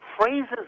Phrases